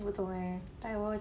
不懂 eh like 我